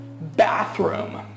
bathroom